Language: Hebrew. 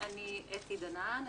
אני אתי דנן,